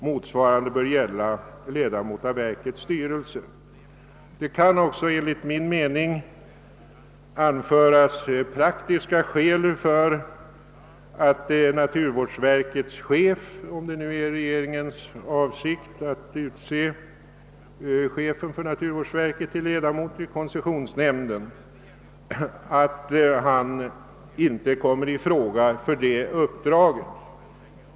Motsvarande bör gälla ledamot av verkets styrelse. Det kan enligt min mening också anföras praktiska skäl mot att naturvårdsverkets chef — om det nu är regeringens avsikt att utse chefen för naturvårdsverket till ledamot av koncessionsnämnden — kommer i fråga för detta uppdrag.